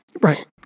Right